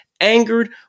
angered